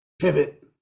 pivot